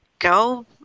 go